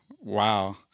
Wow